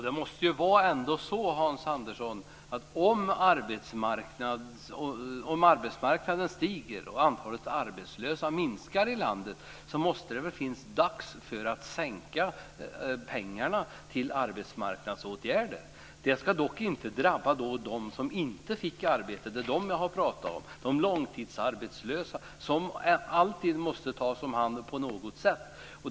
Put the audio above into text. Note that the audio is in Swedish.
Fru talman! Om läget på arbetsmarknaden förbättras och antalet arbetslösa minskar här i landet måste det vara dags att sänka anslaget till arbetsmarknadsåtgärder. Det ska dock inte drabba dem som inte får något arbete, de långtidsarbetslösa som alltid måste tas om hand på något sätt.